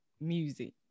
music